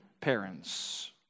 parents